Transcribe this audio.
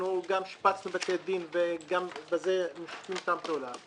גם שיפצנו בתי דין, וגם בזה משתפים איתם פעולה.